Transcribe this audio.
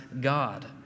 God